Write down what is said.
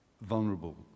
vulnerable